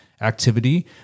activity